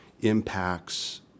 impacts